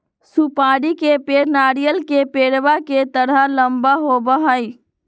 सुपारी के पेड़ नारियल के पेड़वा के तरह लंबा होबा हई